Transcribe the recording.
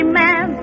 man